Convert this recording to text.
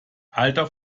alter